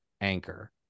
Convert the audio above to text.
anchor